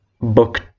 book